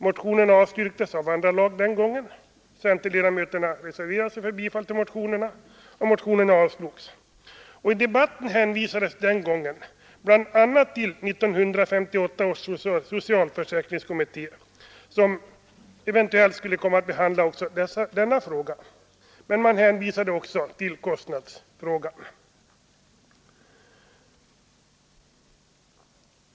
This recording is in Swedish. Motionerna avstyrktes av andra lagutskottet den gången, medan centerledamöterna reserverade sig för bifall till motionerna. Motionerna avslogs. I debatten hänvisades bl.a. till 1958 års socialförsäkringskommitté, som eventuellt skulle komma att behandla också denna fråga. Men man hänvisade också till kostnadsfrågan.